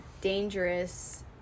dangerous